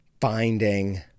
finding